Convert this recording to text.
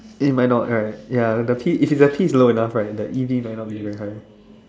it might not right ya the P if the P is low enough right the E_D might not be very high